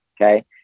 okay